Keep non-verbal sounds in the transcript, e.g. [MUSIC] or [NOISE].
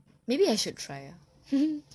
maybe I should try ah [LAUGHS]